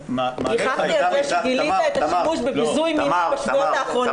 גיחכתי על זה שגילית את השימוש בביזוי בשבועות האחרונים.